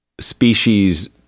species